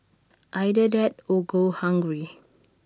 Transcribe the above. either that or go hungry